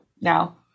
now